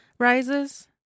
Rises